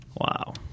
Wow